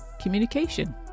communication